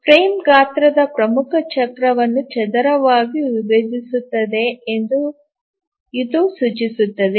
frame ಗಾತ್ರವು ಪ್ರಮುಖ ಚಕ್ರವನ್ನು ಚದರವಾಗಿ ವಿಭಜಿಸುತ್ತದೆ ಎಂದು ಇದು ಸೂಚಿಸುತ್ತದೆ